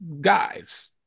guys